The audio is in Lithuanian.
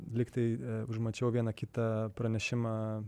lyg tai užmačiau vieną kitą pranešimą